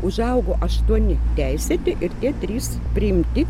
užaugo aštuoni teisėti ir tie trys priimti